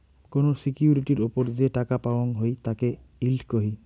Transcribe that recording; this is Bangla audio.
কোন সিকিউরিটির ওপর যে টাকা পাওয়াঙ হই তাকে ইল্ড কহি